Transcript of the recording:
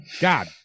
God